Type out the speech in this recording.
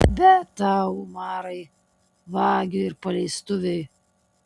bet tau umarai vagiui ir paleistuviui